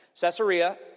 Caesarea